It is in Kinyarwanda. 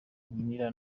nkinira